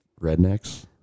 rednecks